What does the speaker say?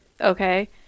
okay